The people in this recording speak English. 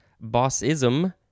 Bossism